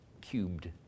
cubed